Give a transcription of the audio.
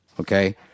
okay